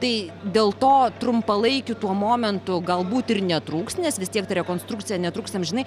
tai dėl to trumpalaikiu tuo momentu galbūt ir netrūks nes vis tiek rekonstrukcija netruks amžinai